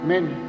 men